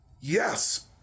Yes